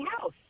house